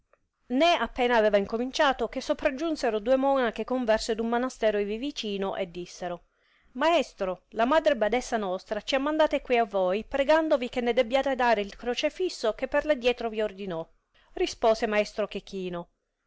né appena aveva incominciato che sopraggiunsero due monache converse d un monastero ivi vicino e dissero maestro la madre badessa nostra ci ha mandate qui a voi pregandovi che ne debbiate dare il crocefisso che per addietro vi ordinò rispose maestro chechino